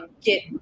Get